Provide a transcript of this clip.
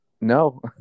No